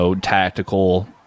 tactical